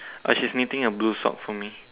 oh she's knitting a blue sock for me